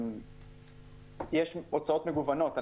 יש הוצאות מגוונות,